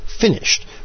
finished